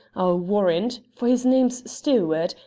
i'll warrant, for his name's stewart,